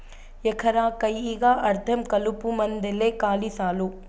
ఎకరా కయ్యికా అర్థం కలుపుమందేలే కాలి సాలు